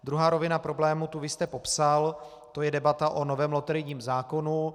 Druhá rovina problému, tu vy jste popsal, to je debata o novém loterijním zákonu.